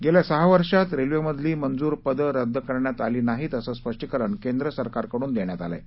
गेल्या सहा वर्षांत रेल्वेमधील मंजूर पदे रद्द करण्यात आली नाहीत असं स्पष्टीकरण केंद्र सरकारकडून देण्यात आलं आहे